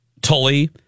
Tully